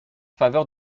faveur